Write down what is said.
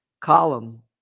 column